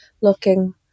looking